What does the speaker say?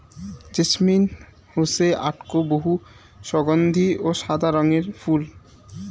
jasmine হসে আকটো বহু সগন্ধিও সাদা রঙের ফুল